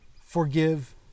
forgive